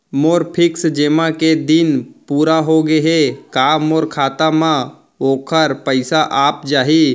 मोर fix जेमा के दिन पूरा होगे हे का मोर खाता म वोखर पइसा आप जाही?